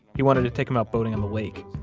he wanted to take him out boating on the lake.